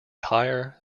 higher